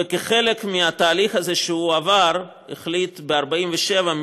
וכחלק מהתהליך הזה שהוא עבר הוא החליט ב-1947,